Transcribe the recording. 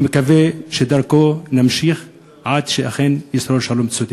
אני מקווה שבדרכו נמשיך עד שאכן ישרור שלום צודק.